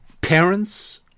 parents